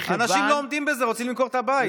אנשים לא עומדים בזה, רוצים למכור את הבית.